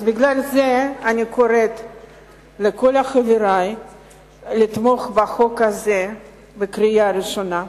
אני קוראת לכל חברי לתמוך בחוק הזה בקריאה ראשונה.